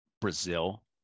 Brazil